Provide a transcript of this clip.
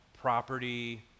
property